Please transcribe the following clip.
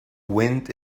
wind